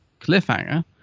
cliffhanger